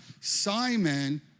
Simon